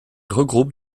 regroupe